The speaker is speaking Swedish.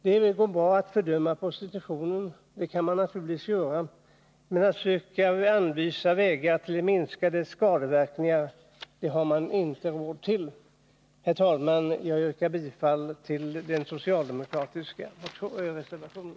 Det går bra att fördöma prostitutionen, men att söka anvisa vägar för att minska dess skadeverkningar har man inte råd till. Herr talman! Jag yrkar bifall till den socialdemokratiska reservationen.